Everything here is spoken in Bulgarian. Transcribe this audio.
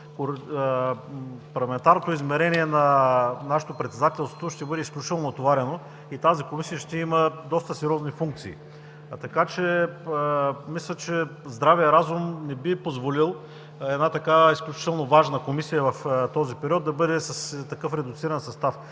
парламентарното измерение на нашето председателство ще бъде изключително натоварено и тази комисия ще има доста сериозни функции. Така че мисля, че здравият разум не би позволил една такава изключително важна комисия в този период да бъде с такъв редуциран състав.